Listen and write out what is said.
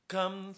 Come